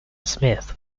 smith